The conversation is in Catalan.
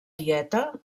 dieta